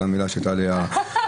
זו המילה שעלתה לי בפה.